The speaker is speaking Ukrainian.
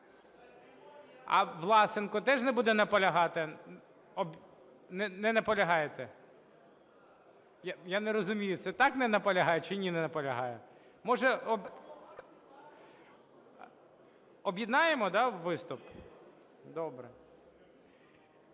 А Власенко теж не буде наполягати? Не наполягаєте… Я не розумію: це "так, не наполягаю" чи "ні, не наполягаю". Може об'єднаємо виступ? Добре.